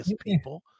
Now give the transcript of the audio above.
people